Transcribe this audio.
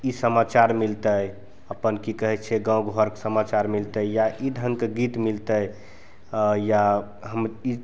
ई समाचार मिलतै अपन कि कहै छै गामघरके समाचार मिलतै या ई ढङ्गके गीत मिलतै या हम ई